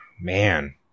man